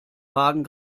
wagen